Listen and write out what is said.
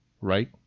right